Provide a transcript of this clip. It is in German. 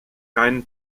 keinen